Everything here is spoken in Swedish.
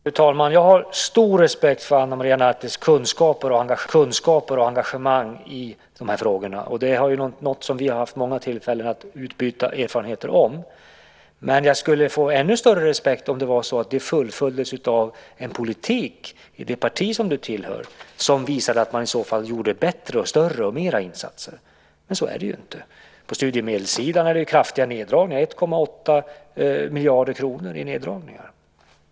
Fru talman! Jag har stor respekt för Ana Maria Nartis kunskap och engagemang i de här frågorna, och vi har haft många tillfällen att utbyta erfarenheter om detta, men jag skulle få ännu större respekt om det fullföljdes av en politik i det parti som du tillhör som visade att man gjorde bättre och större och mera insatser. Men så är det inte. På studiemedelssidan är det kraftiga neddragningar. Det är 1,8 miljarder kronor i neddragningar.